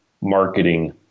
marketing